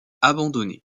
abandonné